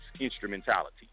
instrumentality